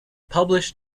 published